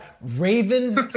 Ravens